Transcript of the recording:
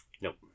Nope